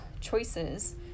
choices